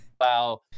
Wow